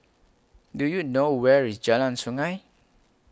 Do YOU know Where IS Jalan Sungei